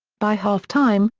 by halftime,